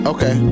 Okay